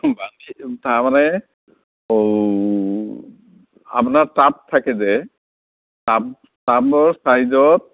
বান্ধি তাৰমানে আপোনাৰ টাব থাকে যে টাব টাবৰ চাইজত